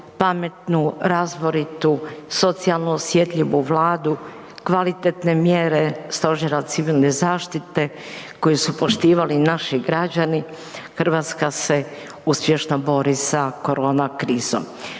pametnu, razboritu, socijalno osjetljivu Vladu kvalitetne mjere Stožera civilne zaštite koje su poštivali i naši građani Hrvatska se uspješno bori sa korona krizom.